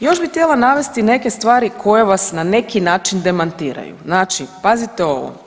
Još bih htjela navesti neke stvari koje vas na neki način demantiraju, znači pazite ovo.